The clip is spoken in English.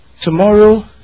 tomorrow